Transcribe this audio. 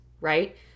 right